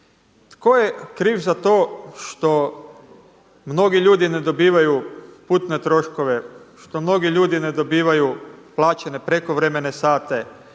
Tko je kriv za to što mnogi ljudi ne dobivaju putne troškove, što mnogi ljudi ne dobivaju plaćene prekovremene sate,